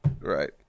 right